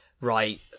right